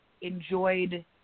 enjoyed